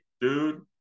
dude